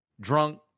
drunk